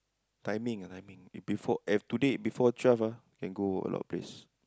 timing ah timing bef~ today if before twelve ah can go a lot of place